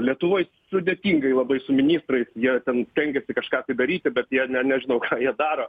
lietuvoj sudėtingai labai su ministrais jie ten rengiasi kažką daryti bet jie nežinau ką jie daro